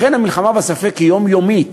לכן המלחמה בספק היא יומיומית: